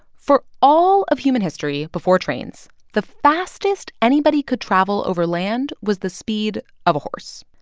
for all of human history before trains, the fastest anybody could travel over land was the speed of a horse.